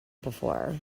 before